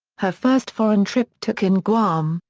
her first foreign trip took in guam,